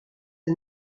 est